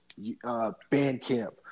Bandcamp